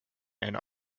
and